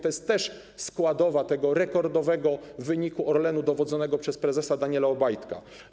To jest też składowa tego rekordowego wyniku Orlenu dowodzonego przez prezesa Daniela Obajtka.